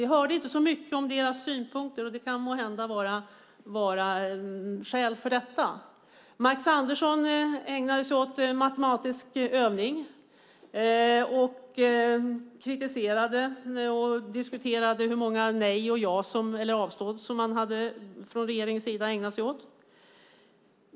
Vi har inte hört särskilt mycket om deras synpunkter, och det finns måhända skäl till det. Max Andersson ägnade sig åt matematiska övningar genom att kritisera och diskutera hur många "nej", "ja" respektive "avstod" man från regeringens sida ägnat sig åt.